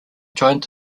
joined